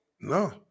No